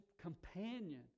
companion